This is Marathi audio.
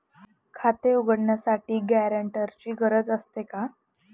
खाते उघडण्यासाठी गॅरेंटरची गरज असते का?